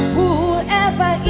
Whoever